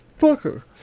fucker